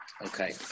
Okay